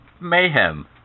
mayhem